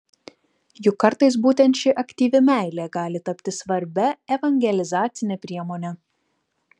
juk kartais būtent ši aktyvi meilė gali tapti svarbia evangelizacine priemone